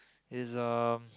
is a